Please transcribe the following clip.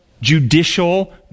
judicial